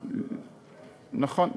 נכון,